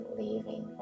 leaving